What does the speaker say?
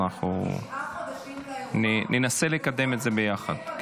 אנחנו ננסה לקדם את זה ביחד.